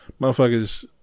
motherfuckers